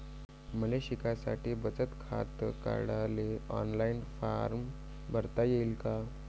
मले शिकासाठी बचत खात काढाले ऑनलाईन फारम भरता येईन का?